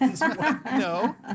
No